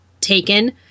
taken